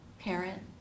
parent